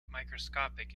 microscopic